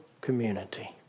community